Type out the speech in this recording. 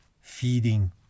feeding